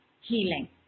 healing